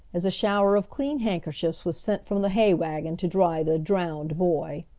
as a shower of clean handkerchiefs was sent from the hay wagon to dry the drowned boy.